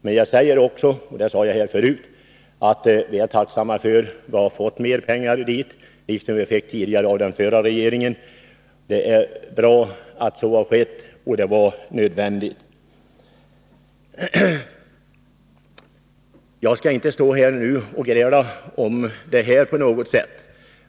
Men jag säger också, som jag sade förut, att vi är tacksamma för att vi har fått mera pengar, liksom vi fick av den förra regeringen. Det är bra att så har skett, och det var nödvändigt. Jag skall inte nu stå här och gräla om detta.